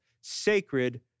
sacred